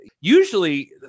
usually